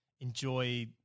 enjoy